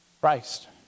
Christ